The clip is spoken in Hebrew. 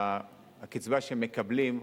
והקצבה שהם מקבלים,